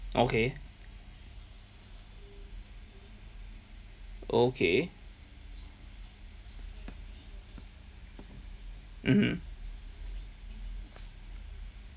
okay okay mmhmm